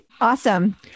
Awesome